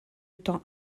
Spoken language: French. temps